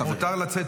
מותר לצאת.